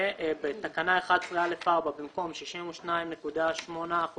ובתקנה 11(א)(4), במקום "62.8%"